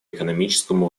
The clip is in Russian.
экономическому